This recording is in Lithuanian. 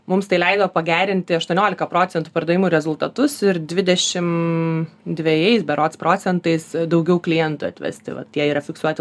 mums tai leido pagerinti aštuoniolika procentų pardavimų rezultatus ir dvidešim dvejais berods procentais daugiau klientų atvesti va tie yra fiksuoti